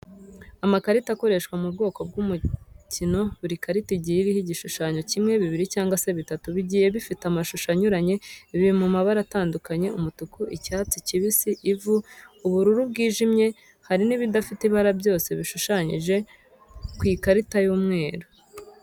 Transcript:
Amakarita akoreshwa mu bwoko bw'umukino, buri karita igiye iriho igishushanye kimwe, bibiri cyangwa se bitatu, bigiye bifite amashusho anyuranye, biri mu mabara atandukanye umutuku, icyatsi kibisi, ivu, ubururu bwijimye hari n'ibidafite ibara byose bishushanyije ku ikarita y'umweru.